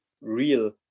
real